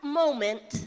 moment